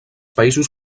països